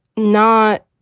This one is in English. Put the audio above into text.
not.